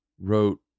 wrote